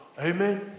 Amen